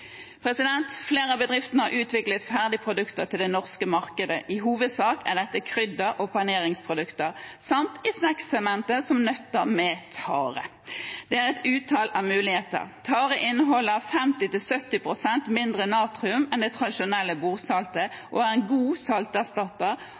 Flere av bedriftene har utviklet ferdige produkter til det norske markedet. I hovedsak er dette krydder- og paneringsprodukter, samt i snacksegmentet som nøtter med tare. Det er et utall av muligheter. Tare inneholder 50–70 pst. mindre natrium enn det tradisjonelle